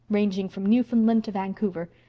ranging from newfoundland to vancouver.